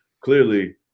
clearly